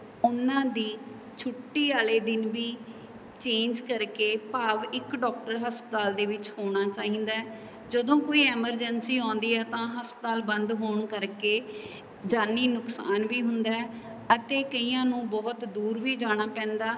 ਉਹਨਾਂ ਦੀ ਛੁੱਟੀ ਵਾਲੇ ਦਿਨ ਵੀ ਚੇਂਜ ਕਰਕੇ ਭਾਵ ਇੱਕ ਡਾਕਟਰ ਹਸਪਤਾਲ ਦੇ ਵਿੱਚ ਹੋਣਾ ਚਾਹੀਦਾ ਜਦੋਂ ਕੋਈ ਐਮਰਜੈਂਸੀ ਆਉਂਦੀ ਹੈ ਤਾਂ ਹਸਪਤਾਲ ਬੰਦ ਹੋਣ ਕਰਕੇ ਜਾਨੀ ਨੁਕਸਾਨ ਵੀ ਹੁੰਦਾ ਅਤੇ ਕਈਆਂ ਨੂੰ ਬਹੁਤ ਦੂਰ ਵੀ ਜਾਣਾ ਪੈਂਦਾ